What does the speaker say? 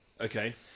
Okay